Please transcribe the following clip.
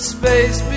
space